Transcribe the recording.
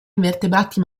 invertebrati